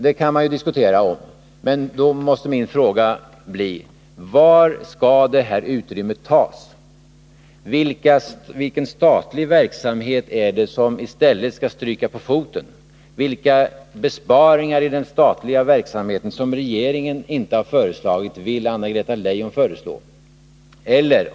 Detta kan man i och för sig diskutera, men min fråga blir: Var skall detta utrymme tas? Vilken statlig verksamhet är det som i stället skall stryka på foten? Vilka besparingar i den statliga verksamheten som regeringen inte har föreslagit vill Anna Greta Leijon föreslå?